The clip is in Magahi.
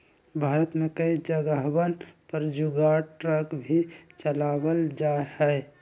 भारत में कई जगहवन पर जुगाड़ ट्रक भी चलावल जाहई